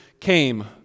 came